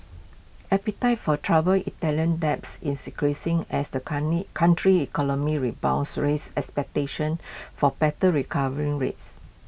appetite for troubled Italian debts is increasing as the country's economy rebounds raises expectations for better recovery rates